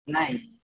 ନାହିଁ